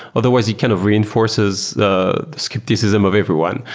otherwise it kind of reinforces the skepticism of everyone.